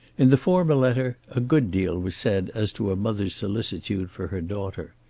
in the former letter a good deal was said as to a mother's solicitude for her daughter.